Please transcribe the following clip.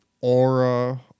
aura